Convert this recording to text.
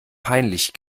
peinlich